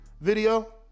video